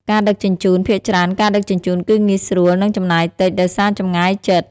ការដឹកជញ្ជូន ភាគច្រើនការដឹកជញ្ជូនគឺងាយស្រួល និងចំណាយតិច ដោយសារចម្ងាយជិត។